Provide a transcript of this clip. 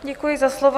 Děkuji za slovo.